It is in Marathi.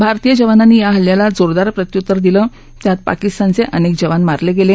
भारतीय जवानांनी या हल्ल्याला जोरदार प्रत्युत्तर दिलं त्यात पाकिस्तानचे अनेक जवान मारले गेले